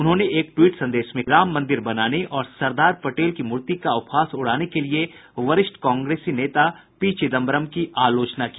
उन्होंने ट्वीट संदेश में राम मंदिर बनाने और सरदार पटेल की मूर्ति का उपहास उड़ाने के लिए वरिष्ठ कांग्रेस नेता पी चिदम्बरम की आलोचना की